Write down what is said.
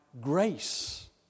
grace